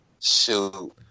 shoot